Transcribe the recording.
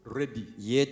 ready